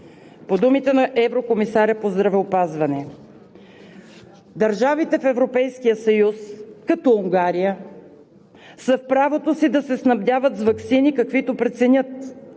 По думите на еврокомисаря по здравеопазването: „Държавите в Европейския съюз, като Унгария, са в правото си да се снабдяват с ваксини, каквито преценят,